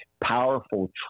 powerful